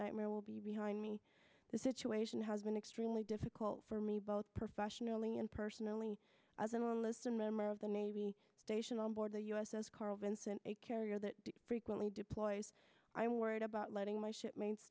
nightmare will be behind me the situation has been extremely difficult for me both professionally and personally as an illness and member of the navy station on board the u s s carl vinson a carrier that frequently deployed i'm worried about letting my shipmates